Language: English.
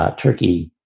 ah turkey,